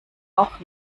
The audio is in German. auch